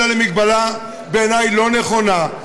אלא למגבלה לא נכונה,